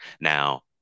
Now